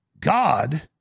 God